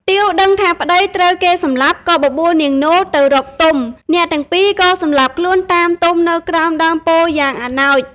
ទាវដឹងថាប្តីត្រូវគេសម្លាប់ ក៏បបួលនាងនោទៅរកទុំ អ្នកទាំងពីរក៏សម្លាប់ខ្លួនតាមទុំនៅក្រោមដើមពោធិ៍យ៉ាងអនោច។